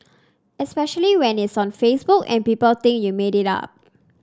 especially when it's on Facebook and people think you made it up